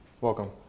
Welcome